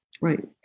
right